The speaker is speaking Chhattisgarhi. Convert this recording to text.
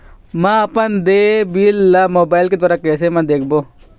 म अपन देय बिल ला मोबाइल के द्वारा कैसे म देखबो?